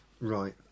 Right